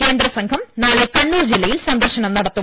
കേന്ദ്ര സംഘം നാളെ കണ്ണൂർ ജില്ലയിൽ സന്ദർശനം നടത്തും